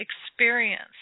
experience